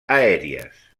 aèries